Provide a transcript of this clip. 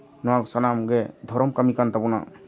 ᱱᱚᱣᱟ ᱥᱟᱱᱟᱢᱜᱮ ᱫᱷᱚᱨᱚᱢ ᱠᱟᱹᱢᱤ ᱠᱟᱱ ᱛᱟᱵᱚᱱᱟ